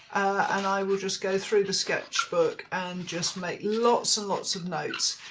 and i will just go through the sketchbook and just make lots and lots of notes.